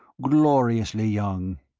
gloriously young.